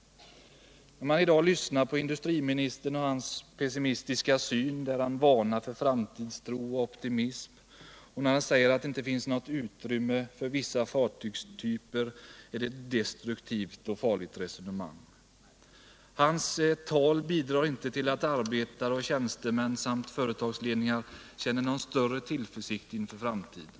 Industriministerns pessimistiska syn — när han varnar för framtidstro och optimism och säger att det inte finns något utrymme för vissa fartygstyper —-är ett destruktivt och farligt resonemang. Hans tal bidrar inte till att arbetare och tjänstemän samt företagsledningar känner någon större tillförsikt inför framtiden.